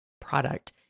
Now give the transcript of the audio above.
product